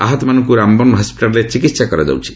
ଆହତମାନଙ୍କୁ ରାମବନ ହସ୍କିଟାଲ୍ରେ ଚିକିତ୍ସା କରାଯାଉଛି